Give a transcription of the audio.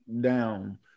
down